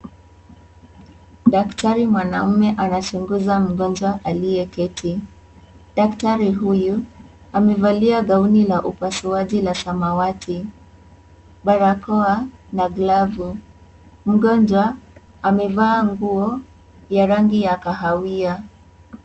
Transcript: Daktari mwanaume anachunguza mgonjwa aliyeketi, daktari huyu amevalia gaoni la upasuaji la samawati ,barakoa na glafu ,mgonjwa amevaa nguo ya rangi ya kahawia.